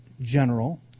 general